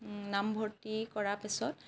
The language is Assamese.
নামভৰ্ত্তি কৰা পিছত